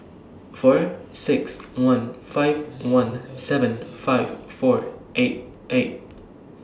four six one five one seven five four eight eight